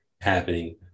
happening